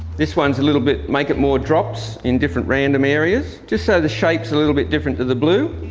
this one's a little bit, make it more drops in different random areas, just so the shapes a little bit different to the blue.